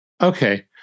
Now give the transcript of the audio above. Okay